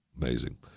Amazing